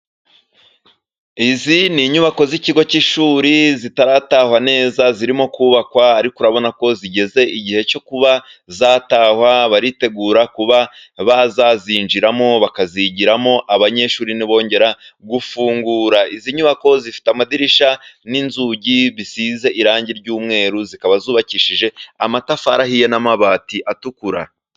Izi ni inyubako z'ikigo cy'ishuri zitaratahwa neza, zirimo kubakwa ariko urabona ko zigeze igihe cyo kuba zatahwa baritegura kuba bazazinjiramo bakazigiramo abanyeshuri nibongera gufungura. Izi nyubako zifite amadirishya n'inzugi bisize irangi ry'umweru, zikaba zubakishije amatafari ahiye, n'amabati atukura.